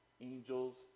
angels